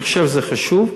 אני חושב שזה חשוב.